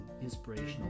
inspirational